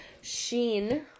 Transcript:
Sheen